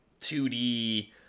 2d